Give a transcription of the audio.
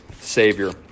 savior